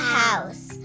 house